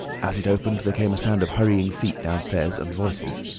as it opened, there came a sound of hurrying feet downstairs and voices.